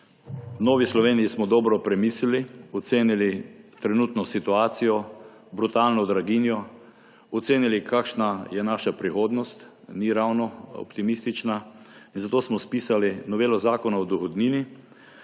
Novi Sloveniji smo dobro premislili, ocenili trenutno situacijo, brutalno draginjo, ocenili, kakšna je naša prihodnost, ni ravno optimistična in zato smo spisali novelo Zakona o dohodnini